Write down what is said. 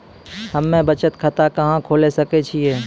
हम्मे बचत खाता कहां खोले सकै छियै?